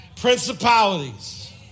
Principalities